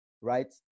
right